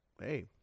hey